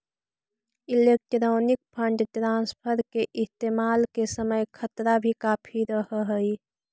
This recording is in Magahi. इलेक्ट्रॉनिक फंड ट्रांसफर के इस्तेमाल के समय खतरा भी काफी रहअ हई